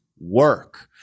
work